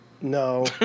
No